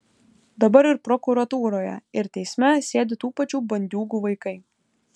dabar ir prokuratūroje ir teisme sėdi tų pačių bandiūgų vaikai